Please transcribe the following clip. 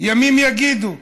ימים יגידו,